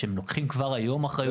והם לוקחים כבר היום אחריות.